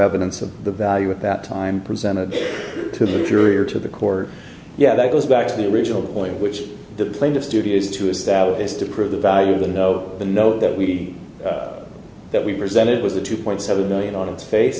evidence of the value at that time presented to the jury or to the court yet that goes back to the original point which the plaintiff studios to is that is to prove the value of the no the no that we that we presented was the two point seven million on its face